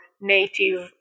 native